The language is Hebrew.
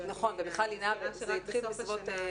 פעילויות לינה, זה התחיל רק בסוף השנה.